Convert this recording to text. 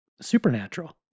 supernatural